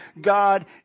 God